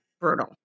brutal